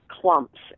clumps